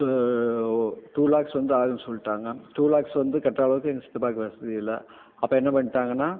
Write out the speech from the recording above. two lakhs வந்து ஆகும்ன்னு சொல்லிட்டாங்க டூ லாக்ஸ் வந்து கட்டுற அளவுக்கு எங்கள் சித்தப்பாவுக்கு வசதி இல்லை அப்போ என்ன பண்ணிட்டாங்கன்னா